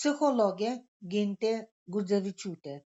psichologė gintė gudzevičiūtė